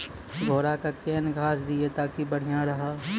घोड़ा का केन घास दिए ताकि बढ़िया रहा?